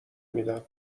میدم